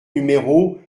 numéro